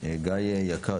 גיא יקר,